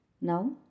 Now